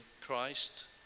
Christ